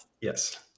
Yes